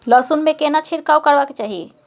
लहसुन में केना छिरकाव करबा के चाही?